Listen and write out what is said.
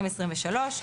2023,